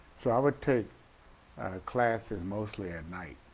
so i would take classes mostly at night,